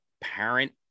parent